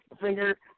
finger